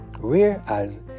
Whereas